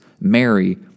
Mary